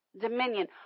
Dominion